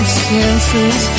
senses